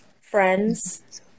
friends